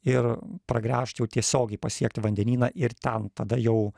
ir pragręžt jau tiesiogiai pasiekti vandenyną ir ten tada jau